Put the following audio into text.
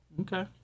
Okay